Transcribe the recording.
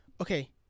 okay